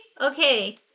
Okay